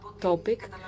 topic